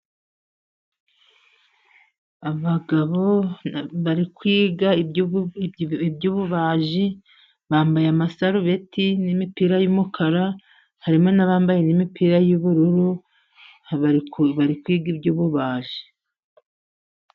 Abagabo bari kwiga iby'ububaji, bambaye amasarubeti n'imipira y'umukara, harimo n'abambaye n'imipira y'ubururu, bari kwiga iby'ububaji.